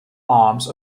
arms